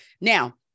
Now